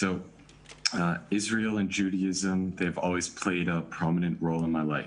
לישראל וליהדות תמיד היה תפקיד משמעותי בחיי.